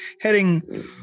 heading